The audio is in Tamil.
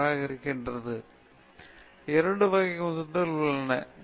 எனவே உந்துதல் எப்படி இருக்க வேண்டும் என்பது மிகவும் முக்கியம் உந்துதல் கடின உழைப்பு செலுத்துகிறது